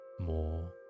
More